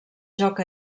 joc